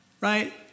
Right